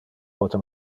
pote